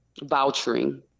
vouchering